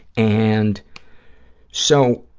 and so,